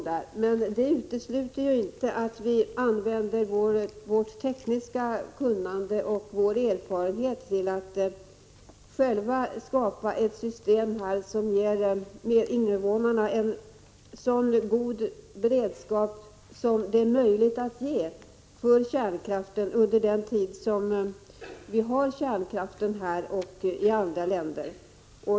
Det utesluter inte att vi använder vårt tekniska kunnande och vår erfarenhet till Ilva skapa ett system som ger invånarna en så god beredskap som det är möjligt att ge i fråga om kärnkraft under den tid som kärnkraft finns här i landet och i andra länder.